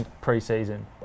pre-season